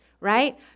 right